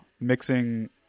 mixing